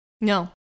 No